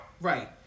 Right